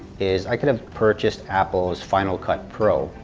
is i could have purchased apple's final cut pro.